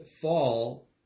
fall